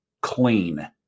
clean